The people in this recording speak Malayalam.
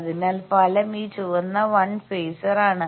അതിനാൽ ഫലം ഈ ചുവന്ന 1 ഫേസർ ആണ്